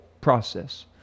process